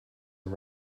are